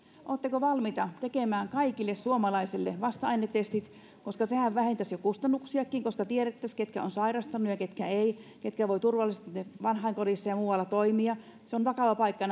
oletteko valmiita tekemään kaikille suomalaisille vasta ainetestit koska sehän vähentäisi jo kustannuksiakin koska tiedettäisiin ketkä ovat sairastaneet ja ketkä eivät ketkä voivat turvallisesti vanhainkodeissa ja muualla toimia nämä vanhainkotikuolemat ovat vakava paikka